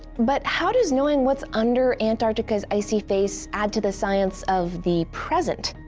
but how does knowing what's under antarctica's icy face add to the science of the present?